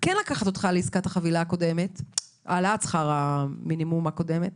לקחת אותך להעלאת שכר המינימום הקודמת,